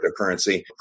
cryptocurrency